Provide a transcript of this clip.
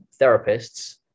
therapists